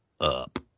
up